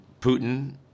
Putin